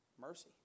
Mercy